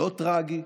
לא טרגי,